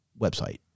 website